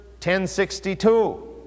1062